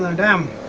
um down